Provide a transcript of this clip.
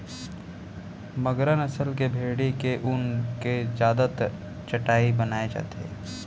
मगरा नसल के भेड़ी के ऊन ले जादातर चटाई बनाए जाथे